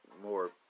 more